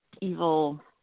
evil